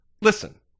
Listen